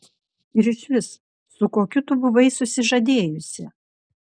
ir išvis su kokiu tu buvai susižadėjusi